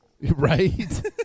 right